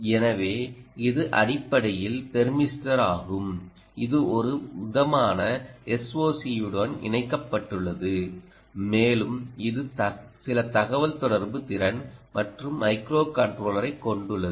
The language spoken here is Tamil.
எனவே இது அடிப்படையில் தெர்மிஸ்டர் ஆகும் இது ஒருவிதமான SOC உடன் இணைக்கப்பட்டுள்ளது மேலும் இது சில தகவல்தொடர்பு திறன் மற்றும் மைக்ரோகண்ட்ரோலரைக் கொண்டுள்ளது